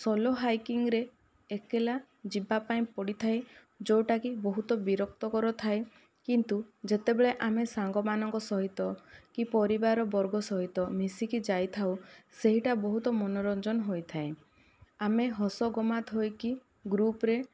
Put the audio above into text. ସୋଲୋ ହାଇକିଂରେ ଏକଲା ଯିବାପାଇଁ ପଡ଼ିଥାଏ ଯେଉଁଟାକି ବହୁତ ବିରକ୍ତିକର ଥାଏ କିନ୍ତୁ ଯେତେବେଳେ ଆମେ ସାଙ୍ଗମାନଙ୍କ ସହିତ କି ପରିବାରବର୍ଗ ସହିତ ମିଶିକି ଯାଇଥାଉ ସେଇଟା ବହୁତ ମନୋରଞ୍ଜନ ହୋଇଥାଏ ଆମେ ହସ ଗମାତ ହୋଇକି ଗ୍ରୁପ୍ରେ